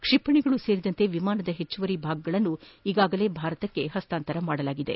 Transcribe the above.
ಕ್ಷಿಪಣಿಗಳು ಸೇರಿದಂತೆ ವಿಮಾನದ ಹೆಚ್ಚುವರಿ ಭಾಗಗಳನ್ನು ಈಗಾಗಲೆ ಭಾರತಕ್ಕೆ ಹಸ್ತಾಂತರಿಸಲಾಗಿದೆ